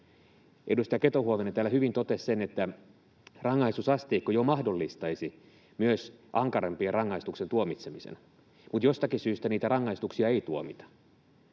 Edustaja Keto-Huovinen täällä hyvin totesi sen, että rangaistusasteikko jo mahdollistaisi myös ankarampien rangaistusten tuomitsemisen mutta jostakin syystä niitä rangaistuksia ei tuomita.